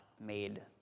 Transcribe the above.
made